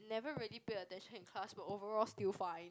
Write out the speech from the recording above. never really pay attention in class but overall still fine